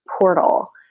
portal